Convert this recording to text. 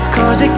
Cause